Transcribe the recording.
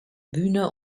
bühne